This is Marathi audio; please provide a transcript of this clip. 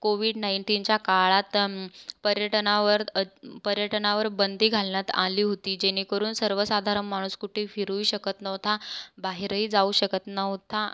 कोविड नाइन्टीनच्या काळात पर्यटनावर अ पर्यटनावर बंदी घालण्यात आली होती जेणेकरून सर्वसाधारण माणूस कुठेही फिरूही शकत नव्हता बाहेरही जाऊ शकत नव्हता